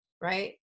Right